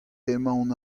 emaon